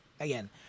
again